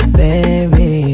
baby